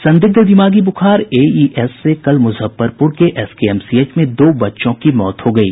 संदिग्ध दिमागी बुखार एईएस से कल मुजफ्फरपुर के एसकेएमसीएच में दो बच्चों की मौत हो गयी